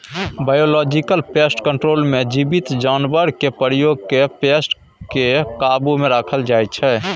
biological pest control मे जीबित जानबरकेँ प्रयोग कए पेस्ट केँ काबु मे राखल जाइ छै